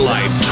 Life